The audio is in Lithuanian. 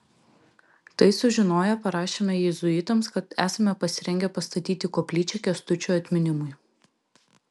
tai sužinoję parašėme jėzuitams kad esame pasirengę pastatyti koplyčią kęstučio atminimui